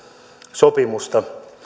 sopimusta